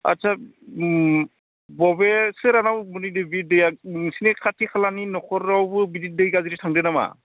आस्सा अबे सोरहानाव मोनहैदो बे दैआ नोंसोरनि खाथि खालानि न'खरावबो बिदि दै गाज्रि थांदो नामा